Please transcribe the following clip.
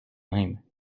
même